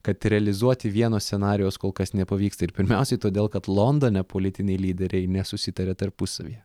kad realizuoti vieno scenarijaus kol kas nepavyksta ir pirmiausiai todėl kad londone politiniai lyderiai nesusitaria tarpusavyje